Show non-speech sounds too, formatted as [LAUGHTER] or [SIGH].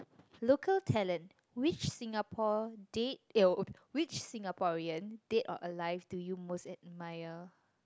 local talent which Singapore dead [NOISE] which Singaporean dead or alive do you most admire